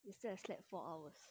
yesterday I slept four hours